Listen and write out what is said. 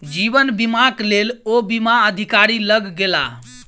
जीवन बीमाक लेल ओ बीमा अधिकारी लग गेला